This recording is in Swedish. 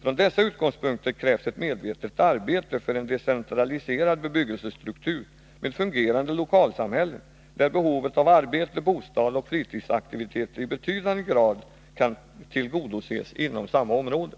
Från dessa utgångspunkter krävs det medvetet arbete för en decentraliserad bebyggelsestruktur med fungerande lokalsamhällen, där behovet av arbete, bostad och fritidsaktiviteter i betydande grad kan tillgodoses inom samma område.